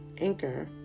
Anchor